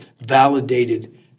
validated